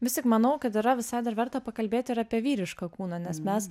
vis tik manau kad yra visai dar verta pakalbėti ir apie vyrišką kūną nes mes